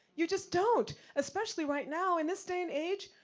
you just don't. especially right now in this day and age,